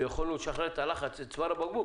ויכולנו לשחרר את הלחץ בצוואר הבקבוק,